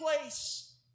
place